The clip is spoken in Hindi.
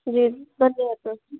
जी धन्यवाद मैम